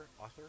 author